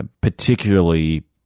particularly